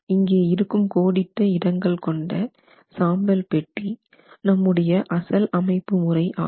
இங்கே இருக்கும் கோடிட்ட இடங்கள் கொண்ட சாம்பல் பெட்டி நம்முடைய அசல் அமைப்பு முறை ஆகும்